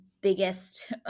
biggest